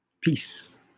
Peace